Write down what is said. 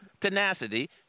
tenacity